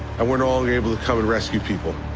and we're no longer able to come and rescue people.